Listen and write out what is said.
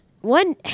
one